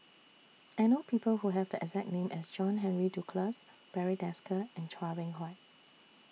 I know People Who Have The exact name as John Henry Duclos Barry Desker and Chua Beng Huat